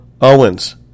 Owens